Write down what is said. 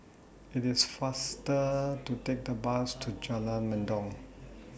IT IS faster to Take The Bus to Jalan Mendong